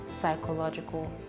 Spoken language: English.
psychological